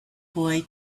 boy